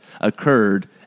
occurred